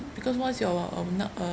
because once your uh um not uh